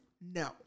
no